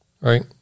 Right